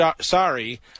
sorry